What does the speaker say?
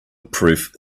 proof